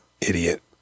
idiot